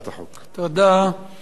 תודה רבה.